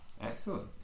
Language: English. Excellent